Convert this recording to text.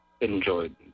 enjoyed